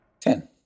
Ten